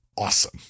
awesome